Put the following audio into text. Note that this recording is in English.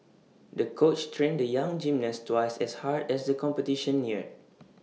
the coach trained the young gymnast twice as hard as the competition neared